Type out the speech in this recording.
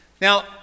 Now